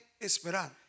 esperar